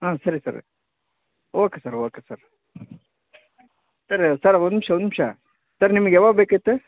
ಹಾಂ ಸರಿ sir okay sir okay sir sir sir ಒಂದು ನಿಮಿಷ ಒಂದು ನಿಮಿಷ ಸರ್ ನಿಮಿಗೆ ಯಾವಾಗ ಬೇಕಿತ್ತು